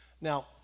Now